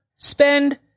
Spend